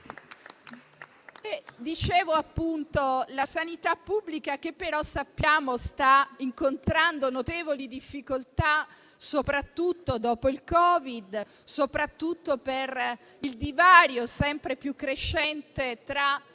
Dicevo che la sanità pubblica, come sappiamo, sta incontrando notevoli difficoltà, soprattutto dopo il Covid e per il divario sempre più crescente tra